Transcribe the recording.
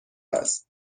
است